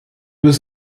was